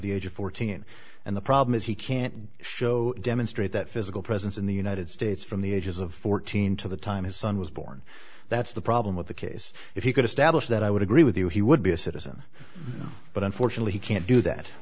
the age of fourteen and the problem is he can't show demonstrate that physical presence in the united states from the ages of fourteen to the time his son was born that's the problem with the case if he could establish that i would agree with you he would be a citizen but unfortunately he can't do that